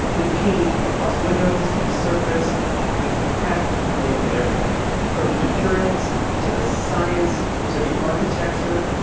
the team across windows and surface and office had to look at everything from the materials to the science to the architecture.